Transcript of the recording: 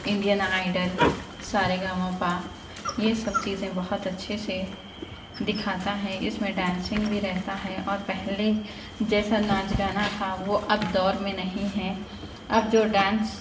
Indian Idol Sa Re Ga Ma Pa یہ سب چیزیں بہت اچھے سے دکھاتا ہے اس میں ڈانسنگ بھی رہتا ہے اور پہلے جیسا ناچ گانا تھا وہ اب دور میں نہیں ہے اب جو ڈانس